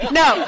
no